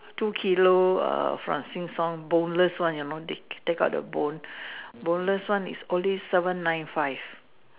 two kilo err from Sheng-Siong Boneless one you now they take out the bone Boneless one is only seven nine five